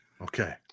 okay